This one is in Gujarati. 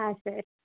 હા સર